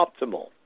optimal